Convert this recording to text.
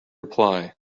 reply